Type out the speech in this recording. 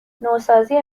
نوسازی